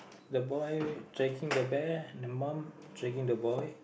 the boy dragging the bear the mum dragging the boy